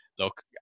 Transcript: Look